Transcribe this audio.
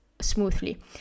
smoothly